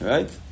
Right